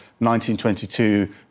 1922